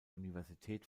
universität